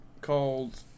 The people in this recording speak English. called